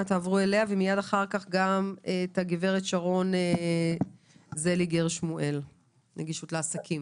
אחריה גברת שרון זליגר שמואל מנגישות לעסקים.